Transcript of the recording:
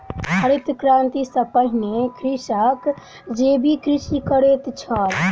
हरित क्रांति सॅ पहिने कृषक जैविक कृषि करैत छल